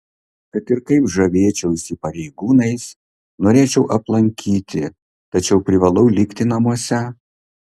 kad ir kaip žavėčiausi pareigūnais norėčiau aplankyti tačiau privalau likti namuose